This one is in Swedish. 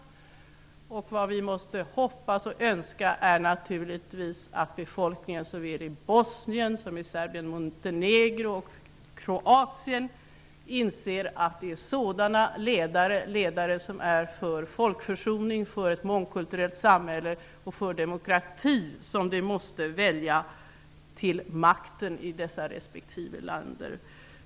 Vi måste naturligtvis hoppas och önska att befolkningen såväl i Bosnien som i Serbien-Montenegro och Kroatien skall inse att det är ledare som är för folkförsoning, för ett mångkulturellt samhälle och för demokrati som man måste välja till makten i respektive land.